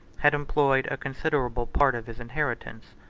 had employed a considerable part of his inheritance,